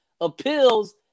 appeals